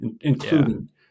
including